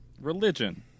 Religion